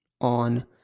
on